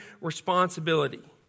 responsibility